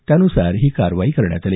त्यान्सार ही कारवाई करण्यात आली